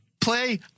play